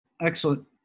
Excellent